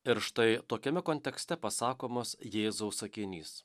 ir štai tokiame kontekste pasakomas jėzaus sakinys